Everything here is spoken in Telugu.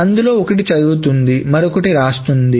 అందులో ఒకటి చదువుతుంది మరొకటి రాస్తుంది